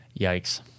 yikes